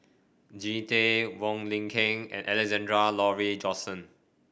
Jean Tay Wong Lin Ken and Alexander Laurie Johnston